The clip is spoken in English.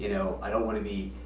know, i don't want to be